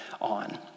on